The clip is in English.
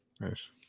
Nice